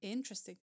interesting